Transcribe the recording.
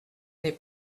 n’est